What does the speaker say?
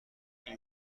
این